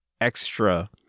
extra